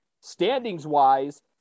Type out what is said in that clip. standings-wise